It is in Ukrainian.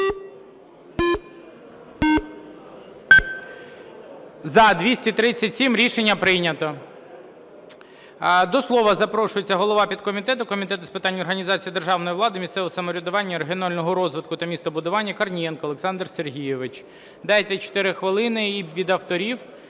За-237 Рішення прийнято. До слова запрошується голова підкомітету Комітету з питань організації державної влади, місцевого самоврядування, регіонального розвитку та містобудування Корнієнко Олександр Сергійович. Дайте 4 хвилини – і від авторів,